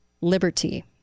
Liberty